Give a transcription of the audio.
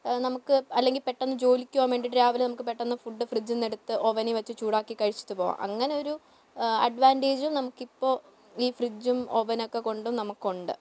നമുക്ക് അല്ലെങ്കിൽ പെട്ടെന്ന് ജോലിക്ക് പോകാൻ വേണ്ടിയിട്ട് രാവിലെ നമുക്ക് പെട്ടെന്ന് ഫുഡ് ഫ്രിഡ്ജിൽ നിന്ന് എടുത്ത് അവനിൽ വെച്ചു ചൂടാക്കി കഴിച്ചിട്ട് പോകാം അങ്ങനെയൊരു അഡ്വാൻറ്റേജും നമുക്കിപ്പോൾ ഈ ഫ്രിഡ്ജും അവനും ഒക്കെ കൊണ്ട് നമുക്കുണ്ട്